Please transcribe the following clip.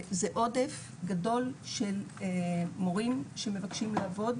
זה עודף גדול של מורים שמבקשים לעבוד